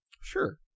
Sure